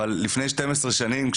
לפני 12 שנים,